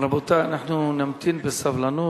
נמתין בסבלנות.